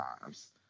times